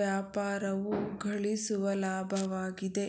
ವ್ಯಾಪಾರವು ಗಳಿಸುವ ಲಾಭವಾಗಿದೆ